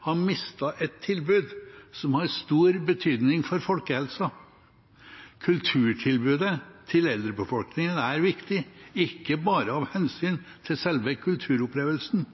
har mistet et tilbud som har stor betydning for folkehelsen. Kulturtilbudet til eldrebefolkningen er viktig, ikke bare av hensyn til selve kulturopplevelsen,